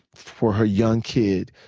for her young kid,